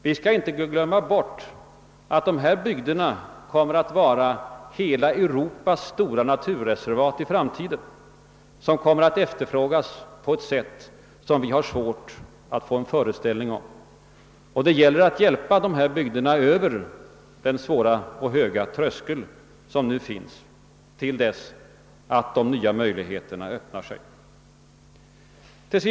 Vi skall inte glömma att de bygderna i framtiden kommer att vara hela Europas stora naturreservat. De kommer att efterfrågas på ett sätt som vi nu har svårt att föreställa oss. Det gäller att hjälpa dessa bygder över den höga och svåra tröskeln, till dess de nya möjligheterna öppnar sig.